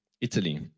Italy